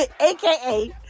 aka